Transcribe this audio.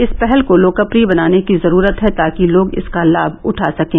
इस पहल को लोकप्रिय बनाने की जरूरत है ताकि लोग इसका लाभ उठा सकें